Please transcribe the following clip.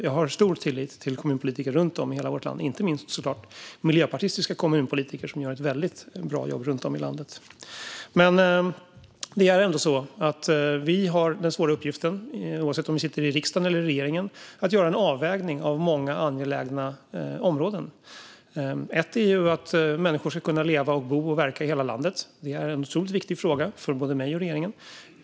Jag har stor tillit till kommunpolitiker runt om i hela vårt land, inte minst miljöpartistiska kommunpolitiker såklart som gör ett väldigt bra jobb. Det är ändå så att vi, oavsett om vi sitter i riksdagen eller i regeringen, har den svåra uppgiften att göra en avvägning av många angelägna områden. En fråga handlar om att människor ska kunna leva, bo och verka i hela landet. Det är en otroligt viktig fråga för både mig och regeringen.